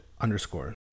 underscore